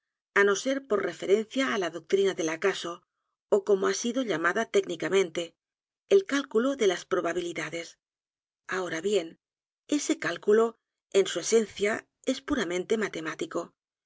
á no ser por referencia á la doctrina del acaso ó como h a sido llamada técnicamente el cálculo de las probabilidades ahora bien este cálculo en su esencia es puramente matemático